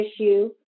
issue